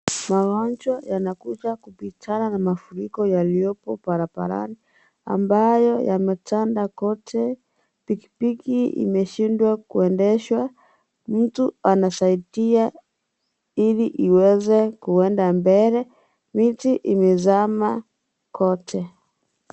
Magonjwa yanakuja kupitana na mafuriko yaliyoko barabarani ambayo yametanda kote. Pikipiki imeshindwa kuendeshwa. Mtu anasaidia ili iweze kuenda mbele. Miti imezama kote.